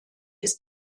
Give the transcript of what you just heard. ist